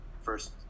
first